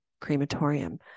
crematorium